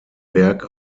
berg